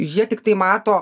jie tiktai mato